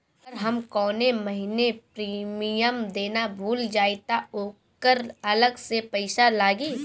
अगर हम कौने महीने प्रीमियम देना भूल जाई त ओकर अलग से पईसा लागी?